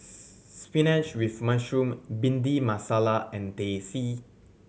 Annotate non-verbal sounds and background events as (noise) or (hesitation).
(hesitation) spinach with mushroom Bhindi Masala and Teh C